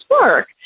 work